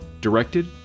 directed